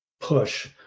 push